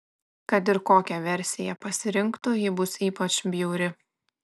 kad ir kokią versiją pasirinktų ji bus ypač bjauri